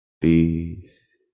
peace